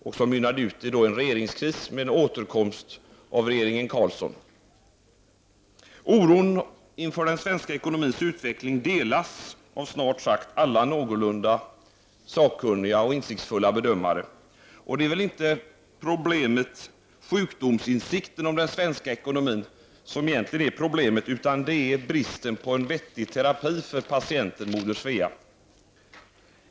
Detta mynnade ut i en regeringskris och därefter en återkomst av regeringen Carlsson. Oron inför den svenska ekonomins utveckling delas av snart sagt alla någorlunda sakkunniga och insiktsfulla bedömare. Det är väl inte sjukdomsinsikten om den svenska ekonomin som egentligen är problemet, utan det är bristen på en vettig terapi för patienten moder Svea.